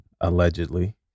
allegedly